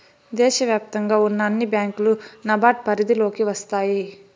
దేశ వ్యాప్తంగా ఉన్న అన్ని బ్యాంకులు నాబార్డ్ పరిధిలోకి వస్తాయి